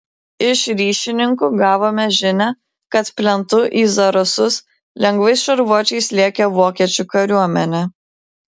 iš ryšininkų gavome žinią kad plentu į zarasus lengvais šarvuočiais lėkė vokiečių kariuomenė